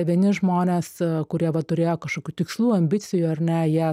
vieni žmonės kurie va turėjo kažkokių tikslų ambicijų ar ne jie